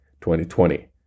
2020